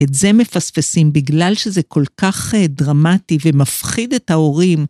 את זה מפספסים בגלל שזה כל כך דרמטי ומפחיד את ההורים.